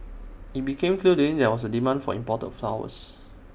IT became clear to him that there was A demand for imported flowers